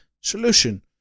solution